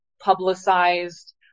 publicized